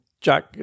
Jack